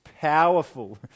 powerful